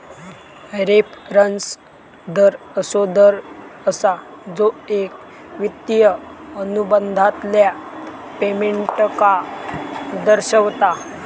reference दर असो दर असा जो एक वित्तिय अनुबंधातल्या पेमेंटका दर्शवता